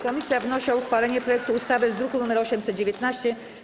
Komisja wnosi o uchwalenie projektu ustawy z druku nr 819.